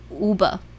Uber。